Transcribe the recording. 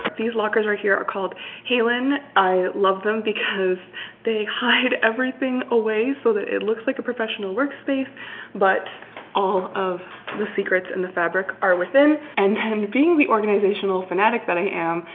these lockers are here are called hallan. i love them because they hide everything away so that it looks like a professional workspace but all of the secrets and the fabric are within and and being the organizational fanatic that i am,